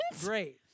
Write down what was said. Great